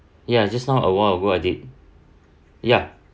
ya just now awhile awhile I did ya